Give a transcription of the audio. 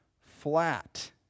flat